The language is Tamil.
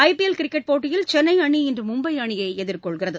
ஐபிஎல் கிரிக்கெட் போட்டியில் சென்னைஅணி இன்றுமும்பைஅணியைஎதிர்கொள்கிறது